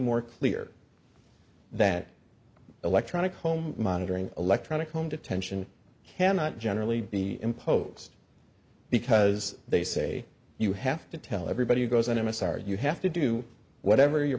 more clear that electronic home monitoring electronic home detention cannot generally be imposed because they say you have to tell everybody who goes on m s r you have to do whatever you